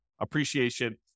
appreciation